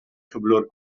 cyflwr